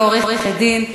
כעורכת-דין,